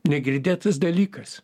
negirdėtas dalykas